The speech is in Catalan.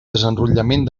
desenrotllament